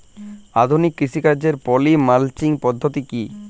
আধুনিক কৃষিকাজে poly mulching পদ্ধতি কি?